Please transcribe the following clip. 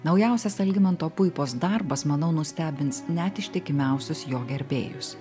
naujausias algimanto puipos darbas manau nustebins net ištikimiausius jo gerbėjus